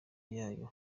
yayo